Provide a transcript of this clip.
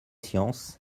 sciences